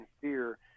fear